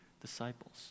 disciples